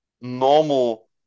normal